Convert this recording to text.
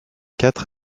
quatre